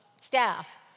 staff